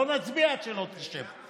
לא נצביע עד שלא תשב.